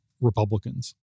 Republicans